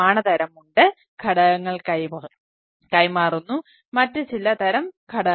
അതിനാൽ പ്രമാണ തരം ഉണ്ട് ഘടകങ്ങൾ കൈമാറുന്നു മറ്റ് ചില തരം ഘടകങ്ങളുണ്ട്